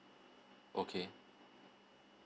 okay